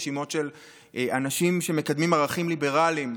רשימות של אנשים שמקדמים ערכים ליברליים,